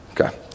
Okay